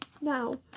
Now